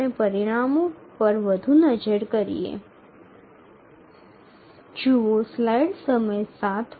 এখন ফলাফলগুলি আরও খতিয়ে দেখা যাক